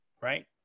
right